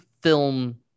film